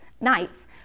nights